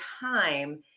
time